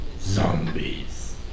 zombies